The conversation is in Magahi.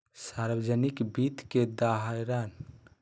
सार्वजनिक वित्त के दायरा के तीन गुना मानल जाय हइ